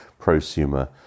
prosumer